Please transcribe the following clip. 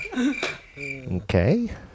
Okay